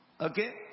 Okay